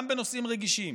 גם בנושאים רגישים